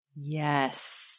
Yes